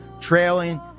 trailing